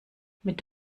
mit